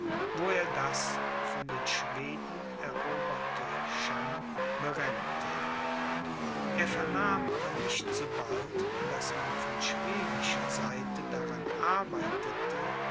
wo er das von den schweden eroberte cham berennte er vernahm aber nicht so bald daß man von schwedischer seite daran arbeitete